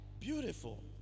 Beautiful